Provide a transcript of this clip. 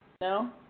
No